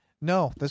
no